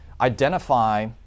identify